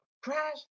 crash